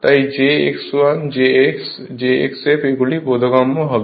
তাই jx1 jx jxf এগুলি বোধগম্য হবে